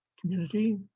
community